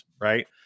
right